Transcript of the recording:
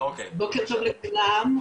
בוקר טוב לכולם,